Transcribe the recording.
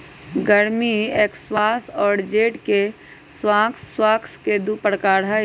गर्मी स्क्वाश और जेड के स्क्वाश स्क्वाश के दु प्रकार हई